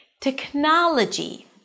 Technology